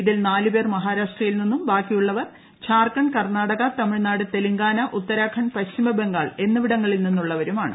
ഇതിൽ നാല് പേർ മഹാരാഷ്ട്രയിൽ നിന്നും ബാക്കിയുള്ളവർ ഝാർഖണ്ഡ് കർണ്ണാടക തമിഴ്നാട് തെലുങ്കാന ഉത്താരാഖണ്ഡ് പശ്ചിമബംഗാൾ എന്നിവിടങ്ങളിൽ നിന്നുള്ളവരാണ്